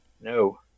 No